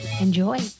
Enjoy